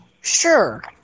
sure